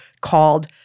called